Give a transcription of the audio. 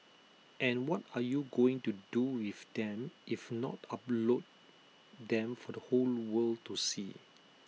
and what are you going to do with them if not upload them for the whole world to see